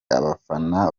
abafana